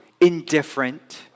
indifferent